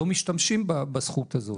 לא משתמשים בזכות הזאת.